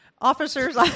officers